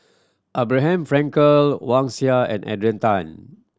Abraham Frankel Wang Sha and Adrian Tan